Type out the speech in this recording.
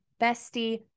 bestie